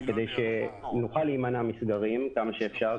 כדי שנוכל להימנע מסגרים ככל האפשר,